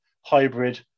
hybrid